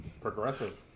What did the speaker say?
progressive